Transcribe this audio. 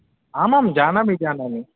आमां जानामि जानामि